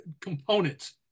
components